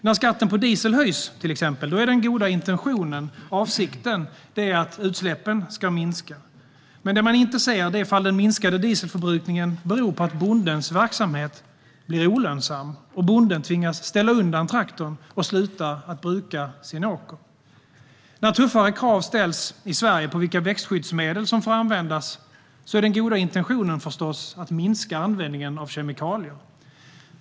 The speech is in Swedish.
När skatten på diesel höjs är den goda intentionen och avsikten att utsläppen ska minska. Men det man inte ser är om den minskade dieselförbrukningen beror på att bondens verksamhet blir olönsam och att bonden tvingas ställa undan traktorn och sluta bruka sin åker. När tuffare krav ställs i Sverige på vilka växtskyddsmedel som får användas är den goda intentionen förstås att minska användningen av kemikalier.